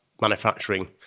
manufacturing